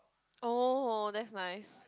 oh that's nice